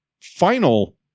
final